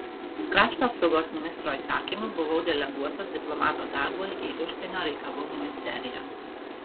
krašto apsaugos ministro įsakymu buvau deleguotas diplomato darbui į užsienio reikalų ministeriją